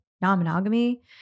non-monogamy